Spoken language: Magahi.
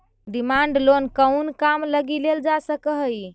डिमांड लोन कउन काम लगी लेल जा सकऽ हइ?